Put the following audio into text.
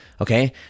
Okay